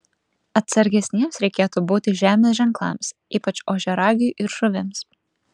atsargesniems reikėtų būti žemės ženklams ypač ožiaragiui ir žuvims